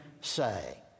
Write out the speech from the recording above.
say